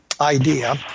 idea